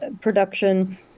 production